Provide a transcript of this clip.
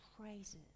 praises